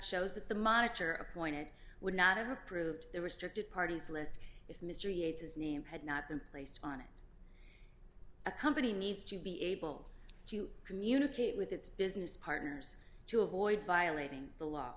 shows that the monitor appoint it would not have approved the restricted party's list if mr yates's name had not been placed on it a company needs to be able to communicate with its business partners to avoid violating the law